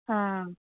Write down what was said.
हां